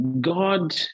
God